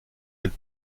elle